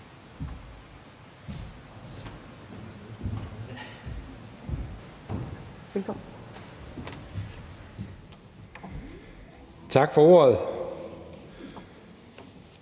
Tak for ordet.